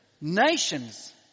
nations